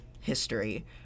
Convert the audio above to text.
history